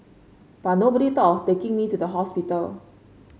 but nobody thought of taking me to the hospital